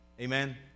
Amen